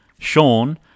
Sean